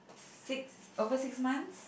six over six months